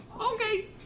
Okay